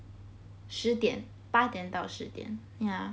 十点八点到十点 ya